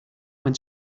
when